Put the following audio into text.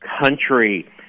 country